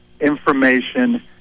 information